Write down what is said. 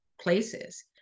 places